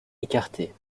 écartés